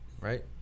right